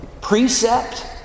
precept